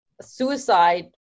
suicide